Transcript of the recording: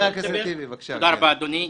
אני